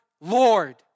Lord